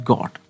God